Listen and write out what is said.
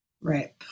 Right